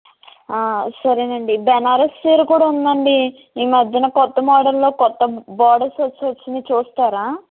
సరేనండి బనారస్ చీర కూడా ఉందండి ఈ మధ్యన కొత్త మోడల్లో కొత్త బార్డర్స్ వచ్చి వచ్చాయి చూస్తారా